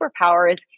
superpowers